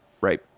right